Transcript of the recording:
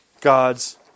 God's